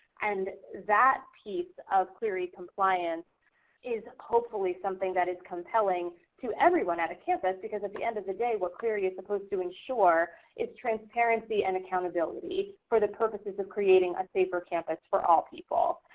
and that piece of clery compliance is hopefully something that is compelling to everyone at a campus. because at the end of the day what clery is supposed to ensure is transparency and accountability for the purposes of creating a safer campus for all people.